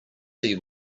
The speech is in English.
see